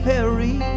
Perry